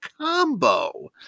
combo